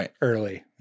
early